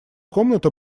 комната